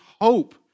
hope